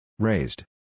Raised